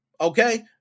okay